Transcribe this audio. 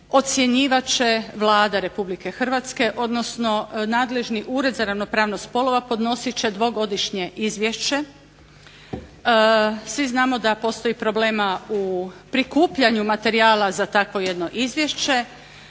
ocjenjivat će Vlada Republike Hrvatske, odnosno nadležni Ured za ravnopravnost spolova. Podnosit će dvogodišnje izvješće. Svi znamo da postoji problema u prikupljanju materijala za takvo jedno izvješće.